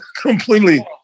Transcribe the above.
completely